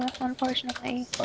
unfortunately